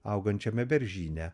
augančiame beržyne